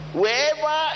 wherever